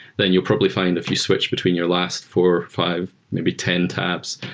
then you'll probably find a few switch between your last four, five, maybe ten tabs.